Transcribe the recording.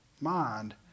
mind